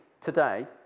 today